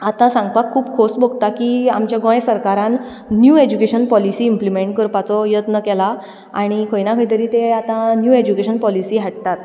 आतां सांगपाक खूब खोस भोगता की आमच्या गोंय सरकारान न्यू एज्युकेशन पॉलिसी इंप्लिमेंट करपाचो यत्न केला आनी खंय ना खंय तरी ते आतां न्यू एज्युकेशन पॉलिसी हाडटात